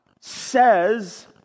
says